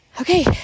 Okay